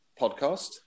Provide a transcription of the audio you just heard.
podcast